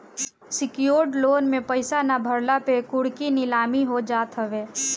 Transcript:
secured loan में पईसा ना भरला पे कुड़की नीलामी हो जात हवे